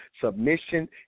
submission